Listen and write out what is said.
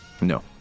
No